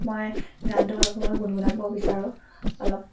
মই গানটো অলপ সময় গুণগুণাব বিচাৰোঁ অলপ